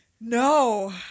No